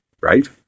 right